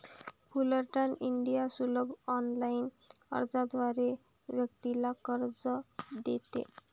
Fullerton India सुलभ online अर्जाद्वारे व्यक्तीला कर्ज देते